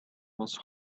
was